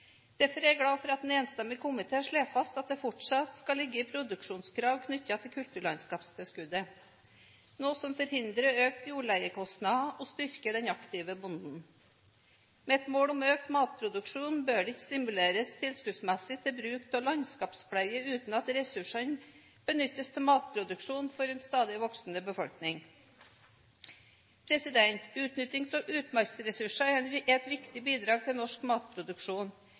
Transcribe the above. Derfor er jeg glad for at en enstemmig komité slår fast at det fortsatt skal ligge produksjonskrav knyttet til kulturlandskapstilskuddet, noe som forhindrer økte jordleiekostnader, og som styrker den aktive bonden. Med et mål om økt matproduksjon bør det ikke stimuleres tilskuddsmessig til bruk av landskapspleie uten at ressursene benyttes til matproduksjon for en stadig voksende befolkning. Utnytting av utmarkbeitesressurser er et viktig bidrag til norsk matproduksjon,